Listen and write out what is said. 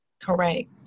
Correct